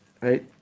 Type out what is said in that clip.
Right